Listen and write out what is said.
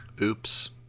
Oops